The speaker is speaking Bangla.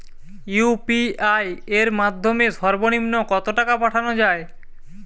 ইউ.পি.আই এর মাধ্যমে সর্ব নিম্ন কত টাকা পাঠানো য়ায়?